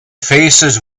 faces